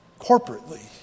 corporately